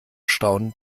staunend